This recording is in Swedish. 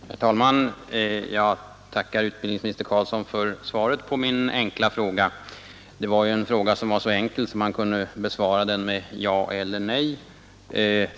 Herr talman! Jag tackar utbildningsminister Carlsson för svaret på min enkla fråga, som ju var så enkel att man kunde besvara den med ja eller nej.